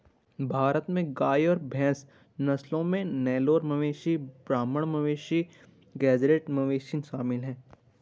भारत में गाय और भैंस नस्लों में नेलोर मवेशी ब्राह्मण मवेशी गेज़रैट मवेशी शामिल है